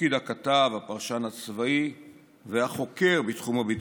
לתפקיד הכתב, הפרשן הצבאי והחוקר בתחום הביטחון.